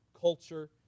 culture